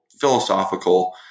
philosophical